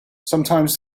sometimes